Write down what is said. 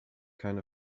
kind